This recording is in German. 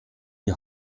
die